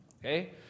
Okay